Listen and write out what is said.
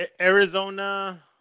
Arizona